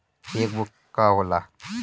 Check book का होला?